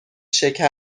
شکر